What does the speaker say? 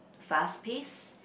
fast pace